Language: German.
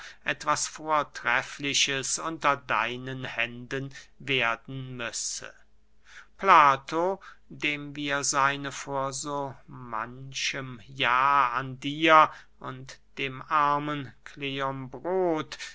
etwas vortreffliches unter deinen händen werden müsse plato dem wir seine vor so manchem jahr an dir und dem armen kleombrot